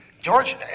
George